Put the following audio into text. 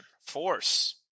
force